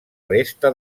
resta